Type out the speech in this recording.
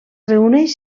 reuneix